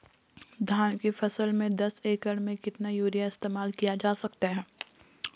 धान की फसल में दस एकड़ में कितना यूरिया इस्तेमाल किया जा सकता है?